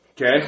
Okay